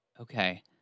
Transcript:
Okay